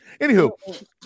Anywho